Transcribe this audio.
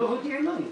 לא הודיעו לנו,